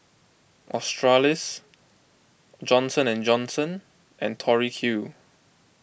Australis Johnson and Johnson and Tori Q